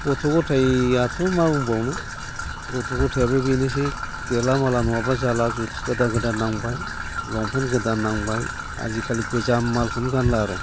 गथ' गथाइयाथ' मा बुंबावनो गथ' गथाइयाबो बेनोसै देला माला नङाबा जाला जुथा गोदान गोदान नांबाय लंफेन्ट गोदान नांबाय आजिखालि गोजाम मालखौनो गानला आरो